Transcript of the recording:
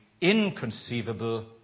inconceivable